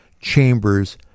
chambers